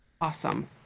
Awesome